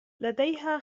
لديها